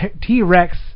T-Rex